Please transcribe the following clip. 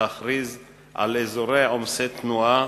להכריז על אזורי עומסי תנועה,